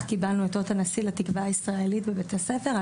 קיבלנו את אות הנשיא לתקווה הישראלית בבתי הספר,